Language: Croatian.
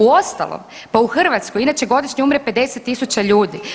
Uostalom, pa u Hrvatskoj inače godišnje umre 50 000 ljudi.